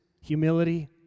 humility